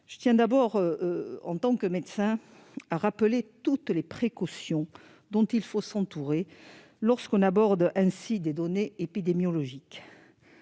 je tiens d'abord à rappeler, en tant que médecin, toutes les précautions dont il faut s'entourer lorsqu'on aborde des données épidémiologiques.